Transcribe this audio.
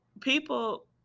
people